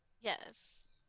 yes